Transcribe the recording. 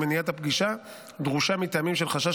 אם מניעת הפגישה דרושה מטעמים של חשש